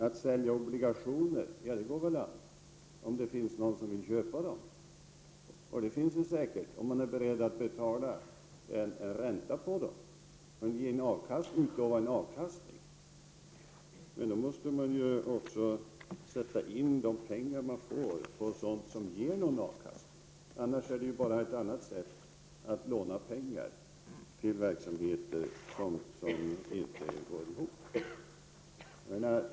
Att sälja obligationer går väl an om det finns någon som vill köpa dem. Det finns det säkert om man är beredd att betala ränta på dem. Men om man vill ha avkastning måste man också sätta in de pengar man får på sådant som ger någon avkastning, annars är det ju bara ett annat sätt att låna pengar till verksamheter som inte går ihop.